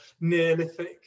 Neolithic